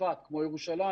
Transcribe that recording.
צפת וכמו ירושלים,